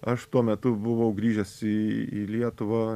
aš tuo metu buvau grįžęs į į lietuvą